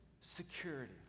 security